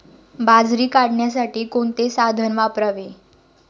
बाजरी काढण्यासाठी कोणते साधन वापरावे?